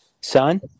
Son